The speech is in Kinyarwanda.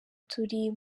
turi